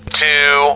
two